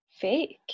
fake